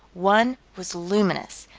one was luminous,